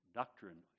doctrine